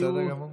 בסדר גמור.